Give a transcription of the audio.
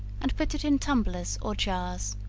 and put it in tumblers or jars.